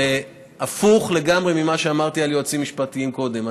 והפוך לגמרי ממה שאמרתי על יועצים משפטיים קודם,